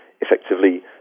effectively